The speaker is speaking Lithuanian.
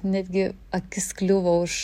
netgi akis kliuvo už